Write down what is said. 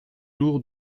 lourd